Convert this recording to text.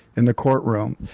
in the courtroom.